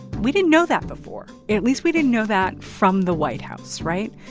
we didn't know that before, at least we didn't know that from the white house, right?